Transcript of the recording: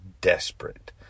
Desperate